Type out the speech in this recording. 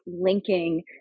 linking